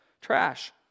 trash